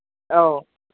ꯑꯧ